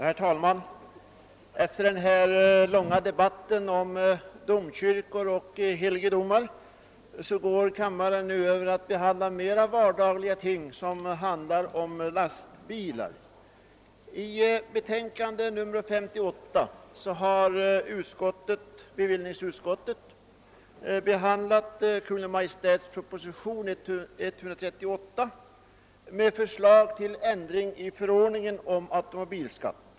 Herr talman! Efter den långa debatten om Uppsala domkyrka övergår kammarens ledamöter nu till att behandla den mera vardagliga frågan om skatt på lastbilar m.m. I bevillningsutskottets betänkande nr 58 behandlas propositionen 138 med förslag till ändring i förordningen om automobilskatt.